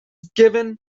given